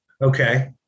Okay